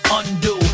undo